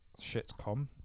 Shitcom